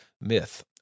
myth